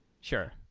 Sure